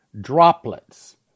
droplets